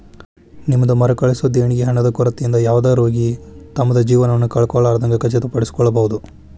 ನಿಮ್ದ್ ಮರುಕಳಿಸೊ ದೇಣಿಗಿ ಹಣದ ಕೊರತಿಯಿಂದ ಯಾವುದ ರೋಗಿ ತಮ್ದ್ ಜೇವನವನ್ನ ಕಳ್ಕೊಲಾರ್ದಂಗ್ ಖಚಿತಪಡಿಸಿಕೊಳ್ಬಹುದ್